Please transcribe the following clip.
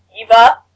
Eva